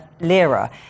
Lira